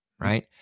right